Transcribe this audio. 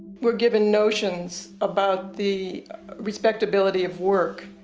we're given notions about the respectibility of work.